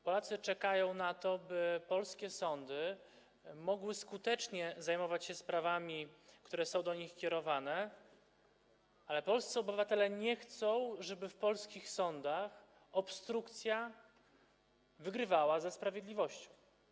Polacy czekają na to, by polskie sądy mogły skutecznie zajmować się sprawami, które są do nich kierowane, ale polscy obywatele nie chcą, żeby w polskich sądach obstrukcja wygrywała ze sprawiedliwością.